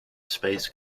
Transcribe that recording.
space